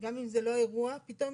גם אם זה לא האירוע, פתאום